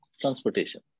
transportation